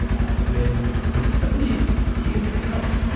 ah when when somebody gains power,